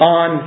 on